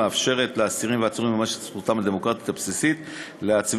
המאפשרת לאסירים ולעצורים לממש את זכותם הדמוקרטית הבסיסית להצביע